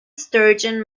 sturgeon